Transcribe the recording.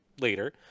later